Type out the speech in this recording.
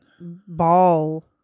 ball